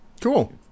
cool